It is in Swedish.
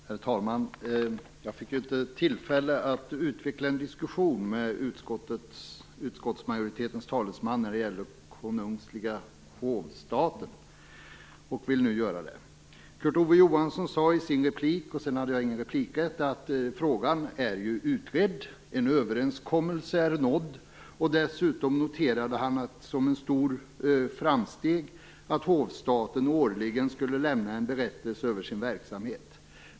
Herr talman! Jag fick inte tillfälle att utveckla en diskussion med utskottsmajoritetens talesman om den konungsliga hovstaten och vill därför göra det nu. Kurt Ove Johansson sade i sin replik - sedan hade jag inte replikrätt - att frågan är utredd. En överenskommelse är nådd. Dessutom noterade han som ett stort framsteg att hovstaten årligen skulle lämna en berättelse över sin verksamhet.